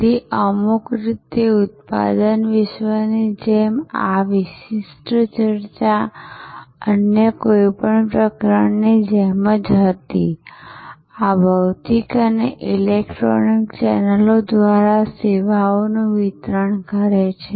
તેથી અમુક રીતે ઉત્પાદન વિશ્વની જેમ આ વિશિષ્ટ ચર્ચા અન્ય કોઈ પ્રકરણની જેમ જ હતી આ ભૌતિક અને ઈલેક્ટ્રોનિક ચેનલો દ્વારા સેવાઓનું વિતરણ કરે છે